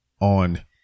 on